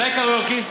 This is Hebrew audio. אולי קריוקי?